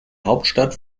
hauptstadt